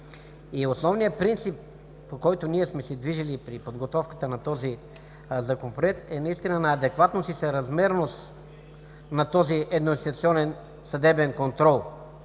Основният принцип, по който ние сме се движили при подготовката на този Законопроект, е наистина за адекватност и съразмерност на този едноинстанционен съдебен контрол.